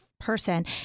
person